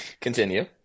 continue